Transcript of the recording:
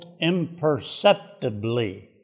imperceptibly